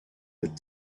with